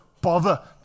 bother